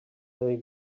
they